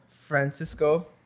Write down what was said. Francisco